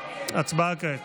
הצבעה כעת.